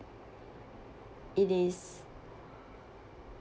it is